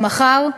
או מחר,